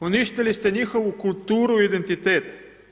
Uništili ste njihovu kulturu i identitet.